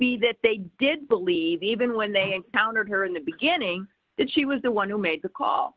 be that they did believe even when they encountered her in the beginning that she was the one who made the call